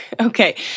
Okay